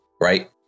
right